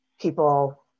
people